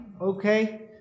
Okay